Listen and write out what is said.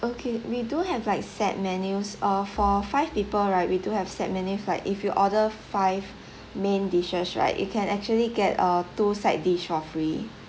okay we do have like set menus uh for five people right we do have set menus like if you order five main dishes right you can actually get uh two side dish for free